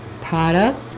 product